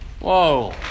Whoa